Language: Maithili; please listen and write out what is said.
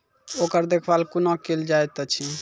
ओकर देखभाल कुना केल जायत अछि?